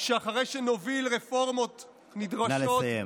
שאחרי שנוביל רפורמות נדרשות, נא לסיים.